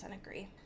agree